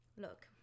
Look